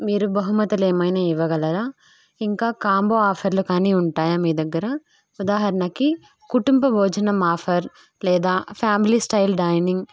మీరు బహుమతులు ఏమైనా ఇవ్వగలరా ఇంకా కాంబో ఆఫర్లు కానీ ఉంటాయా మీ దగ్గర ఉదాహరణకి కుటుంబ భోజనం ఆఫర్ లేదా ఫ్యామిలీ స్టైల్ డైనింగ్